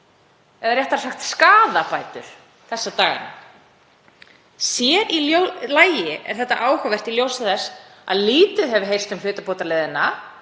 eða réttara sagt skaðabætur. Sér í lagi er þetta áhugavert í ljósi þess að lítið hefur heyrst um hlutabótaleiðina.